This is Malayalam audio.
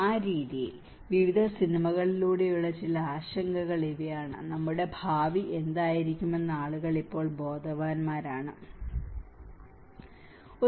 ആ രീതിയിൽ വിവിധ സിനിമകളിലൂടെയുള്ള ചില ആശങ്കകൾ ഇവയാണ് നമ്മുടെ ഭാവി എന്തായിരിക്കുമെന്ന് ആളുകൾ ഇപ്പോൾ ബോധവാന്മാരാകുകയാണ്